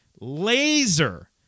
Laser